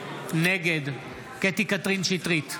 נגד קטי קטרין שטרית,